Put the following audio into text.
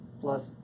Plus